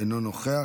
אינו נוכח,